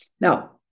Now